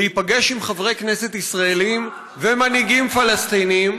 להיפגש עם חברי כנסת ישראלים ומנהיגים פלסטינים.